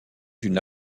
d’une